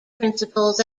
principles